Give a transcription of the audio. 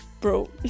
bro